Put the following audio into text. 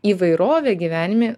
įvairovė gyvenime